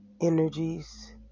energies